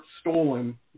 stolen